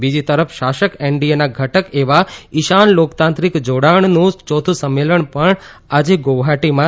બીજી તરફ શાસક એનડીએના ઘટક એવા ઇશાન લોકતાંત્રિક જાડાણનું યોથું સંમેલન પણ આજે ગુવાહાટીમાં યોજાશે